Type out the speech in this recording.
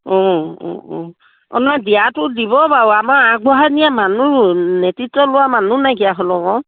অঁ অঁ অঁ অঁ নহয় দিয়াতটো দিব বাৰু আমাৰ আগবঢ়াই নিয়া মানুহ নেতৃত্ব লোৱা মানুহ